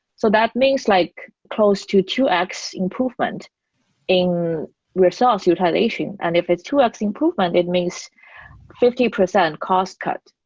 so that means like close to two x improvement in resource utilization. and if it's two x improvement, it means fifty percent cost cut.